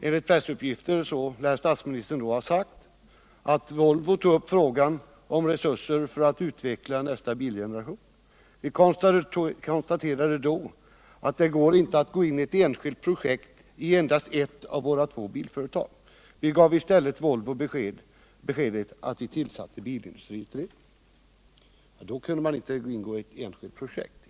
Enligt pressuppgifter lär statsministern då ha sagt att Volvo tog upp frågan om resurser för att utveckla nästa bilgeneration. Han konstaterade att det inte gick att gå in i ett enskilt projekt i endast ett av landets två bilföretag. Volvo fick i stället beskedet att man tillsatte bilindustriutredningen. Då kunde regeringen inte ingå i ett enskilt projekt.